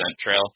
trail